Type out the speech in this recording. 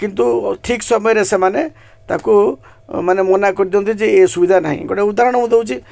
କିନ୍ତୁ ଠିକ ସମୟରେ ସେମାନେ ତାକୁ ମାନେ ମନା କରିଦିଅନ୍ତି ଯେ ଏ ସୁବିଧା ନାହିଁ ଗୋଟେ ଉଦାହରଣ ମୁଁ ଦେଉଛି